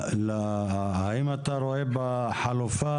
האם אתה רואה בחלופה